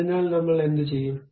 അതിനാൽ നമ്മൾ എന്തു ചെയ്യും